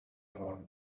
horn